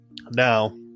Now